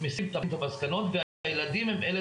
הילדים מסיקים את המסקנות והילדים הם אלה